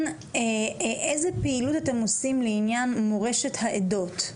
איזה פעילות אתם עושים לעניין מורשת העדות?